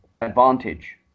advantage